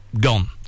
gone